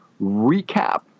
recap